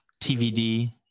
TVD